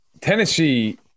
Tennessee